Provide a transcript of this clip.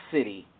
City